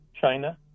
China